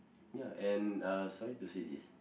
ya and (uh)sorry to say this